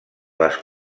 les